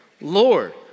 Lord